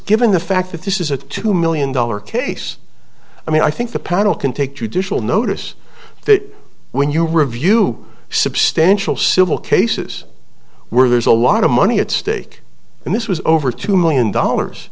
given the fact that this is a two million dollar case i mean i think the panel can take judicial notice that when you review substantial civil cases where there's a lot of money at stake and this was over two million dollars